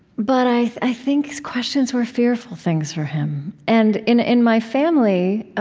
but i i think questions were fearful things for him and in in my family